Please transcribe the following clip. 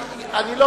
אני, אבל